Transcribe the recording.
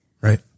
right